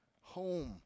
home